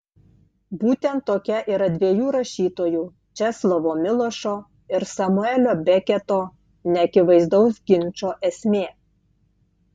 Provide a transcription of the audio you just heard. būtent tokia yra dviejų rašytojų česlovo milošo ir samuelio beketo neakivaizdaus ginčo esmė